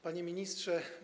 Panie Ministrze!